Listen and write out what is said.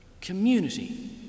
community